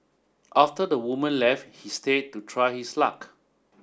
after the woman left he stay to try his luck